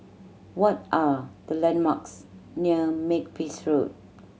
what are the landmarks near Makepeace Road